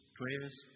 prayers